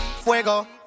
Fuego